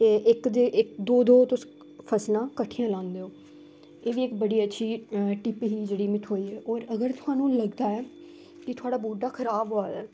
इक ते दो दो तुस फसलां कट्ठियां लांदे ओ एह् बी इक बड़ी अच्छी टिप ही जेह्ड़ी में थ्होई ऐ होर अगर थुहानूं लगदा ऐ ते थुआढ़ा बूह्टा खराब होआ दा ऐ